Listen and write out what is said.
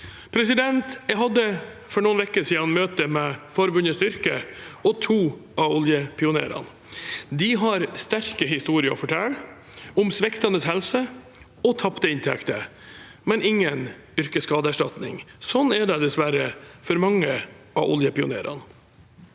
tidligere. Jeg hadde for noen uker siden møte med Forbundet Styrke og to av oljepionerene. De har sterke historier å fortelle om sviktende helse og tapte inntekter, men ingen yrkesskadeerstatning. Sånn er det dessverre for mange av oljepionerene.